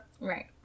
Right